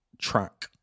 track